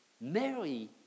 Mary